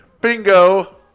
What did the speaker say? Bingo